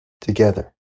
together